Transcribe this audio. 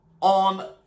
on